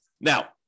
Now